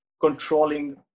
controlling